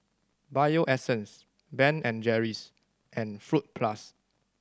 Bio Essence Ben and Jerry's and Fruit Plus